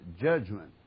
judgment